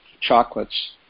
chocolates